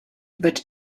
wird